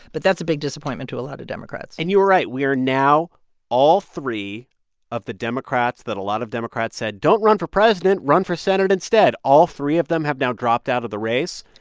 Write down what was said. but that's a big disappointment to a lot of democrats and you were right. we are now all three of the democrats that a lot of democrats said, don't run for president run for senate instead all three of them have now dropped out of the race.